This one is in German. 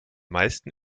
meisten